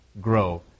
grow